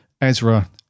Ezra